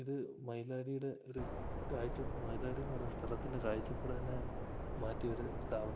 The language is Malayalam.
ഇത് മൈലാടിയുടെ ഒരു കാഴ്ച മൈലാടി എന്നു പറയുന്ന സ്ഥലത്തിൻ്റെ കാഴ്ചപ്പാടു തന്നെ മാറ്റിയൊരു സ്ഥാപനമാണ്